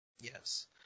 Yes